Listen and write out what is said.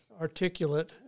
articulate